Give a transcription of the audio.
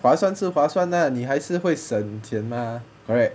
划算是划算 lah 你还是会省钱 mah correct